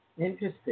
Interesting